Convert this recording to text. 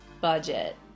Budget